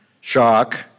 shock